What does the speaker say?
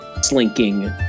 slinking